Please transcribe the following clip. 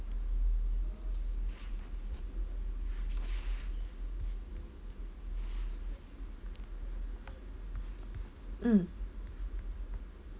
mm